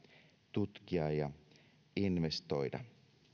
tutkia ja investoida